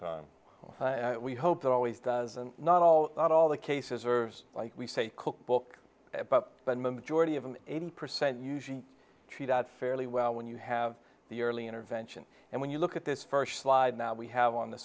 time we hope it always does and not all not all the cases are like we say cookbook about but majority of an eighty percent usually cheat out fairly well when you have the early intervention and when you look at this first slide now we have on the